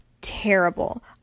terrible